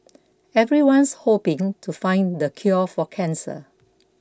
everyone's hoping to find the cure for cancer